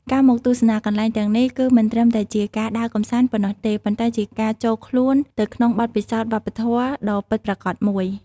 ការមកទស្សនាកន្លែងទាំងនេះ គឺមិនត្រឹមតែជាការដើរកម្សាន្តប៉ុណ្ណោះទេ ប៉ុន្តែជាការចូលខ្លួនទៅក្នុងបទពិសោធន៍វប្បធម៌ដ៏ពិតប្រាកដមួយ។